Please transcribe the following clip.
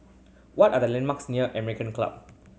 what are the landmarks near American Club